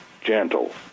gentle